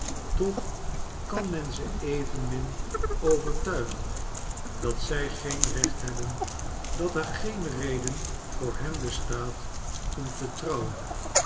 eh kan men ze evenmin pvertuigen dat zij geen recbt hebben dat er geen reden voor hen bestaat om te trouwen